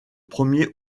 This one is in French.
premier